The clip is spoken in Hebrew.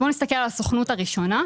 בואו נסתכל על הסוכנות הראשונה,